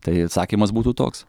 tai atsakymas būtų toks